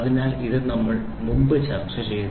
അതിനാൽ ഇത് നമ്മൾ മുമ്പ് ചർച്ചചെയ്തു